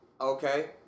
Okay